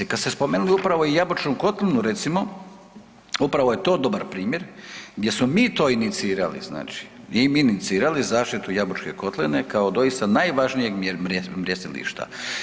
I kad ste spomenuli upravo i Jabučnu kotlinu, recimo, upravo je to dobar primjer gdje smo mi to inicirali znači, i mi inicirali zaštitu Jabučke kotline kao doista najvažnijeg mrjestilišta.